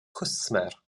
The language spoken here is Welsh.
cwsmer